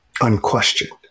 unquestioned